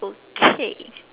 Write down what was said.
okay